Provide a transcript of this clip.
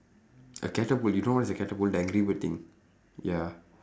a catapult you know what's a catapult the angry bird thing ya